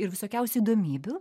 ir visokiausių įdomybių